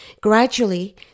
Gradually